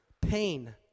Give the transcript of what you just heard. pain